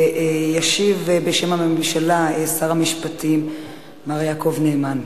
ישיב בשם הממשלה שר המשפטים מר יעקב נאמן.